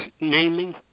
naming